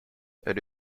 elle